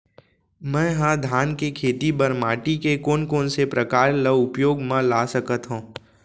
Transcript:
मै ह धान के खेती बर माटी के कोन कोन से प्रकार ला उपयोग मा ला सकत हव?